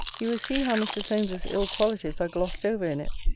you will see how mr. solmes's ill qualities are glossed over in it.